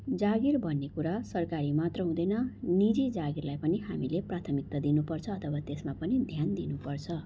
जागिर भन्ने कुरा सरकारी मात्र हुँदैन निजी जागिरलाई पनि हामीले प्राथमिकता दिनुपर्छ अथवा त्यसमा पनि ध्यान दिनुपर्छ